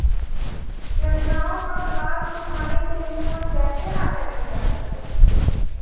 योजनाओं का लाभ उठाने के लिए हम कैसे आवेदन कर सकते हैं?